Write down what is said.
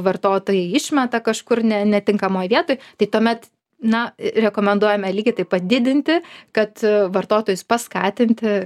vartotojai išmeta kažkur ne netinkamoj vietoj tai tuomet na rekomenduojame lygiai taip pat didinti kad vartotojus paskatinti